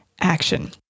action